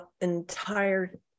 entire